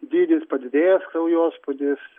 dydis padidėjęs kraujospūdis